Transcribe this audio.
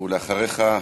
ואחריך,